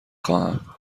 خواهم